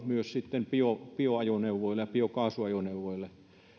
myös bioajoneuvoille ja biokaasuajoneuvoille